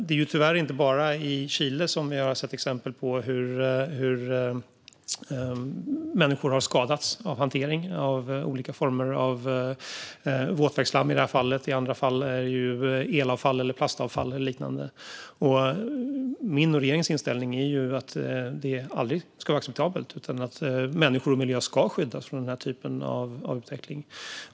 Det är ju tyvärr inte bara i Chile som vi har sett exempel på att människor har skadats av hantering av olika former av avfall, i det här fallet våtverksslam. I andra fall är det elavfall, plastavfall eller liknande. Min och regeringens inställning är att detta aldrig ska vara acceptabelt utan att människor och miljö ska skyddas från den här typen av utveckling.